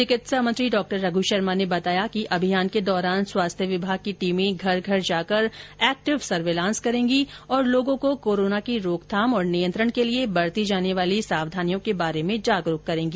चिकित्सा मंत्री डॉ रघु शर्मा ने बताया कि इस अभियान के दौरान स्वास्थ्य विभाग की टीमें घर घर जाकर एक्टिव सर्विलांस करेंगी और लोगो को कोरोना की रोकथाम और नियंत्रण के लिए बरती जाने वाली सावधानियों के बारे में जागरूक करेगी